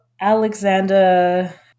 Alexander